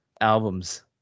albums